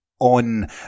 on